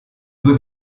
due